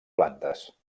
plantes